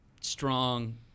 strong